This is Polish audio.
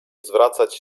zwracać